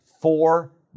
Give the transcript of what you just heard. four